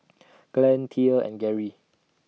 Glenn Thea and Gerry